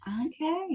Okay